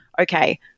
okay